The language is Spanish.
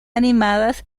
animadas